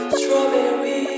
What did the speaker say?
Strawberry